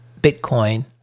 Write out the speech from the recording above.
Bitcoin